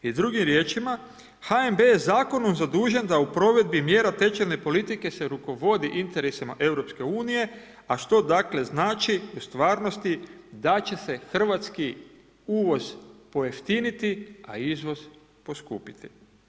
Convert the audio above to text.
I drugim riječima HNB je zakonom zadužen da u provedbi mjera tečajne politike se rukovodi interesima Europske unije, a što dakle znači u stvarnosti da će se hrvatski uvoz pojeftiniti, a izvoz poskupiti.